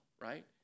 right